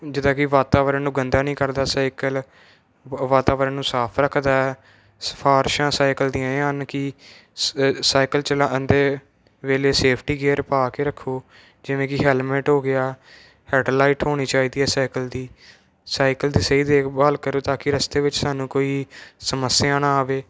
ਜਿੱਦਾਂ ਕਿ ਵਾਤਾਵਰਨ ਨੂੰ ਗੰਦਾ ਨਹੀਂ ਕਰਦਾ ਸਾਈਕਲ ਵਾਤਾਵਰਨ ਨੂੰ ਸਾਫ਼ ਰੱਖਦਾ ਆਏ ਸਿਫਾਰਸ਼ਾਂ ਸਾਈਕਲ ਦੀਆਂ ਇਹ ਹਨ ਕਿ ਸ ਸਾਈਕਲ ਚਲਾਉਂਦੇ ਵੇਲੇ ਸੇਫਟੀ ਗੇਅਰ ਪਾ ਕੇ ਰੱਖੋ ਜਿਵੇਂ ਕਿ ਹੈਲਮੈਟ ਹੋ ਗਿਆ ਹੈਡ ਲਾਈਟ ਹੋਣੀ ਚਾਹੀਦੀ ਹੈ ਸਾਈਕਲ ਦੀ ਸਾਈਕਲ ਦੀ ਸਹੀ ਦੇਖ ਭਾਲ ਕਰੋ ਤਾਂ ਕਿ ਰਸਤੇ ਵਿੱਚ ਸਾਨੂੰ ਕੋਈ ਸਮੱਸਿਆ ਨਾ ਆਵੇ